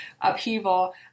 upheaval